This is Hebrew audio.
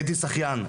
הייתי שחיין,